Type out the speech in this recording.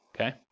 Okay